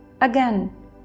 again